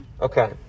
Okay